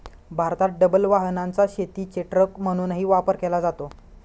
भारतात डबल वाहनाचा शेतीचे ट्रक म्हणूनही वापर केला जातो